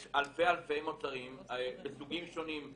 יש אלפי אלפי מוצרים מסוגים שונים.